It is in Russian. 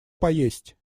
поесть